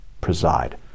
preside